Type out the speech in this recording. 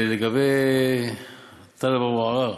לגבי טלב אבו עראר,